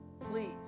Please